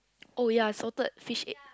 oh ya salted fish egg